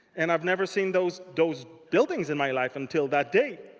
and i've never seen those those buildings in my life until that day.